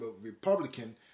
Republican